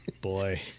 Boy